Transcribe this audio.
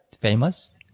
famous